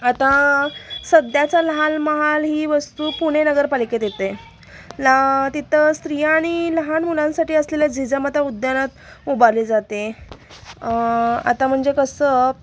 आता सध्याचा लाल महाल ही वास्तू पुणे नगरपालिकेत येते आ तिथं स्त्रिया आणि लहान मुलांसाठी असलेल्या जिजामाता उद्यानात उभारली जाते आता म्हणजे कसं